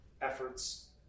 efforts